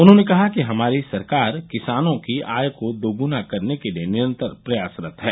उन्होंने कहा कि हमारी सरकार किसानों की आय को दोगुना करने के लिए निरंतर प्रयासरत है